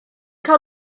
cael